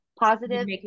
Positive